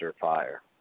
fire